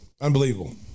unbelievable